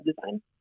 design